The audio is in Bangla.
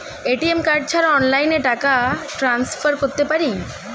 এ.টি.এম কার্ড ছাড়া অনলাইনে টাকা টান্সফার করতে পারি?